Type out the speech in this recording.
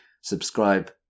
subscribe